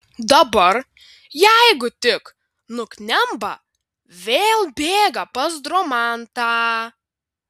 dabar jeigu tik nuknemba vėl bėga pas dromantą